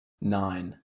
nine